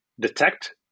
detect